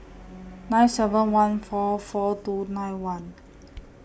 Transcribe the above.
nine seven one four four two nine one